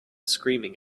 screaming